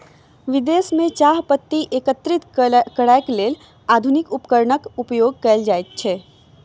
विदेश में चाह पत्ती एकत्रित करैक लेल आधुनिक उपकरणक उपयोग कयल जाइत अछि